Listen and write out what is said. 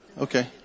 Okay